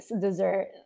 dessert